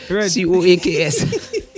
C-O-A-K-S